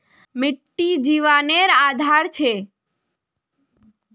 मिटटी जिवानेर आधार छे